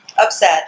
Upset